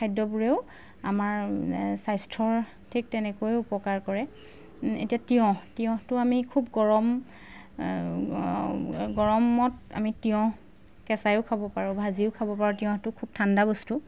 খাদ্যবোৰেও আমাৰ স্বাস্থ্যৰ ঠিক তেনেকৈ উপকাৰ কৰে এতিয়া তিঁয়হ তিঁয়হটো আমি খুব গৰম গৰমত আমি তিঁয়হ কেঁচায়ো খাব পাৰোঁ ভাজিও খাব পাৰোঁ তিঁয়হতটো খুব ঠাণ্ডা বস্তু